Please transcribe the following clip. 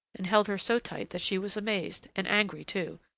and held her so tight that she was amazed and angry too,